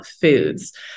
foods